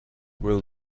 will